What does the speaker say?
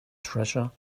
treasure